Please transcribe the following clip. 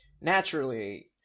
Naturally